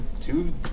two